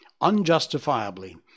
unjustifiably